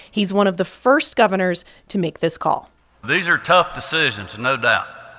he's one of the first governors to make this call these are tough decisions, no doubt.